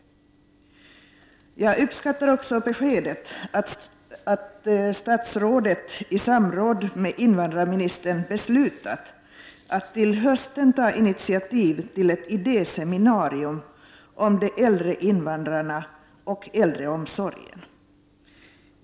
Jag uppskattar också beskedet att statsrådet i samråd med invandrarministern beslutat att till hösten ta initiativ till ett idéseminarium om de äldre invandrarna och äldreomsorgen.